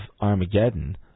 Armageddon